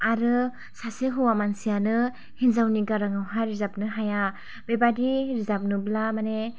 आरो सासे हौवा मानसियानो हिन्जावनि गाराङावहाय रोजाबनो हाया बेबादि रोजाबनोब्ला माने